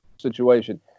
situation